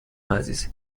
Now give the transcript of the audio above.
عزیز